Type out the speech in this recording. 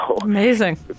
Amazing